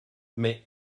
mais